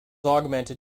augmented